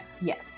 yes